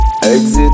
Exit